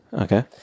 Okay